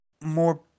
more